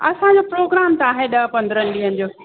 हलो programme त आहे ॾह पंद्रहनि ॾींहनि जो